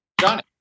Johnny